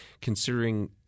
considering